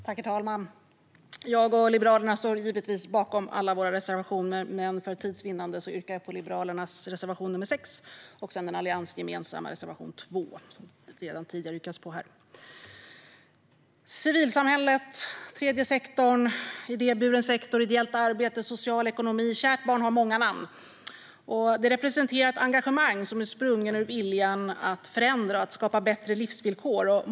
Herr talman! Jag och Liberalerna står givetvis bakom alla våra reservationer, men för tids vinnande yrkar jag bifall endast till Liberalernas reservation 6 samt den alliansgemensamma reservation 2, som det redan tidigare yrkats på. Civilsamhället, den tredje sektorn, idéburen sektor, ideellt arbete, social ekonomi - kärt barn har många namn. Det här representerar ett engagemang som är sprunget ur viljan att förändra och skapa bättre livsvillkor.